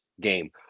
game